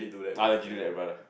I'll legit do that brother